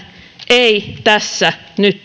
ei tässä nyt